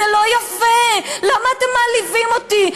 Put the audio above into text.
זה לא יפה, למה אתם מעליבים אותי?